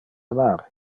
amar